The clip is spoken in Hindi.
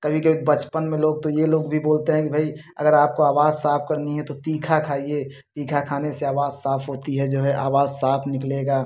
कभी के बचपन में लोग तो ये लोग भी बोलते हैं कि भाई अगर आपका आवाज़ साफ करनी है तो तीखा खाइए तीखा खाने से आवाज़ साफ होती है जो है आवाज़ साफ निकलेगा